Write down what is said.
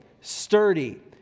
sturdy